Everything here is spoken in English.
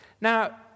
Now